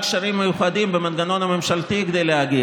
אני,